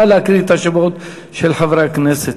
נא להקריא את השמות של חברי הכנסת.